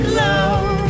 love